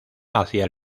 hacia